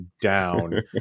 down